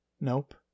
Nope